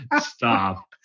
Stop